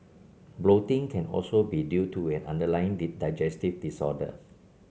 bloating can also be due to an underlying digestive disorder